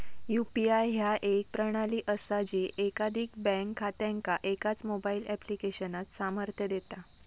UPI ह्या एक प्रणाली असा जी एकाधिक बँक खात्यांका एकाच मोबाईल ऍप्लिकेशनात सामर्थ्य देता